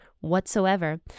whatsoever